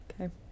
Okay